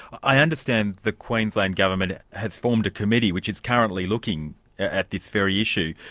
i understand the queensland government has formed a committee which is currently looking at this very issue.